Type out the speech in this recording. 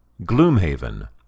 Gloomhaven